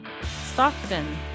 Stockton